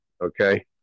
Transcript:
Okay